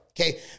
Okay